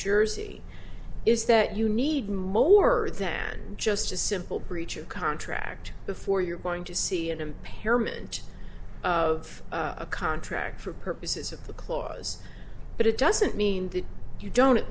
jersey is that you need more than just a simple breach of contract before you're going to see an impairment of a contract for purposes of the clause but it doesn't mean that you don't at